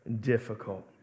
difficult